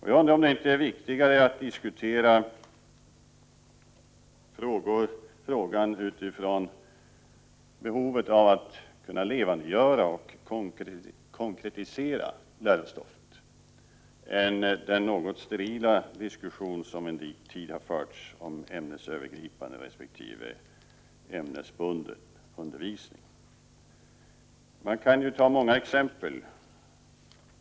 Jag undrar om det inte är viktigare att diskutera frågan utifrån behovet av att kunna levandegöra och konkretisera lärostoffet än att föra den något sterila diskussion som en tid har förekommit om ämnesövergripande resp. ämnesbunden undervisning. Man kan ta många exempel.